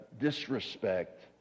disrespect